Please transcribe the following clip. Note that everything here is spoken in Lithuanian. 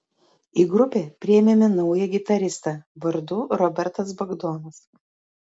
į grupę priėmėme naują gitaristą vardu robertas bagdonas